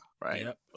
right